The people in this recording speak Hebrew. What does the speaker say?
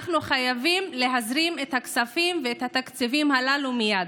אנחנו חייבים להזרים את הכספים ואת התקציבים הללו מייד.